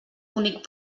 únic